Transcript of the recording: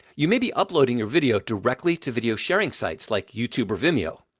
you may be uploading your video directly to video sharing sites like youtube or vimeo.